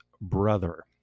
brother